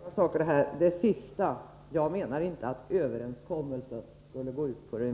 Herr talman! Det var många saker på en gång. När det gäller det